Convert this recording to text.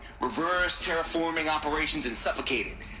reverse terraforming operations and suffocate it!